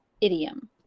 idiom